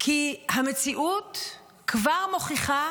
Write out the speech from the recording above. כי המציאות כבר מוכיחה